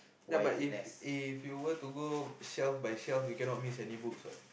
ya but if if you were to go shelf by shelf you cannot miss any books what